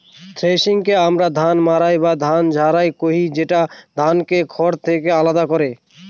থ্রেশিংকে আমরা ধান মাড়াই বা ধান ঝাড়া কহি, যেটা ধানকে খড় থেকে আলাদা করে